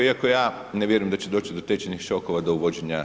Iako ja ne vjerujem da će doći do tečajnih šokova do uvođenja EUR-a.